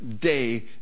day